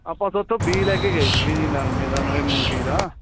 ਆਪਾਂ ਥੋਹਾਥੋ ਬੀਜ ਲੈ ਕੇ ਗਏ ਸੀਗੇ ਜੀ ਨਰਮੇ ਦਾ ਨਾਲੇ ਮੂੰਗੀ ਦਾ